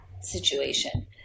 situation